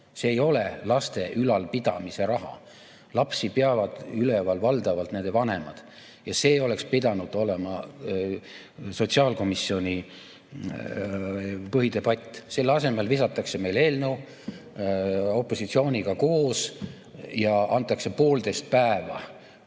See ei ole laste ülalpidamise raha. Lapsi peavad üleval valdavalt nende vanemad. Ja see oleks pidanud olema sotsiaalkomisjoni põhidebatt. Selle asemel visatakse meile eelnõu opositsiooniga koos ja antakse poolteist päeva